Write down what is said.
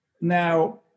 now